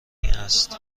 است